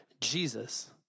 Jesus